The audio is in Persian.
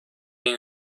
این